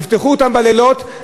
יפתחו אותם בלילות,